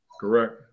Correct